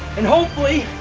and hopefully,